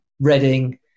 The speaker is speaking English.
Reading